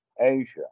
Asia